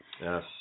Yes